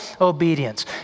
obedience